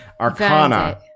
Arcana